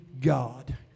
God